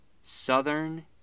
southern